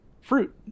fruit